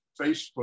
Facebook